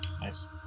Nice